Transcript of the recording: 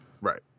right